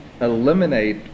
eliminate